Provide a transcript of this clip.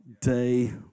day